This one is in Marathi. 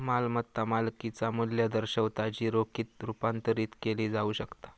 मालमत्ता मालकिचा मू्ल्य दर्शवता जी रोखीत रुपांतरित केली जाऊ शकता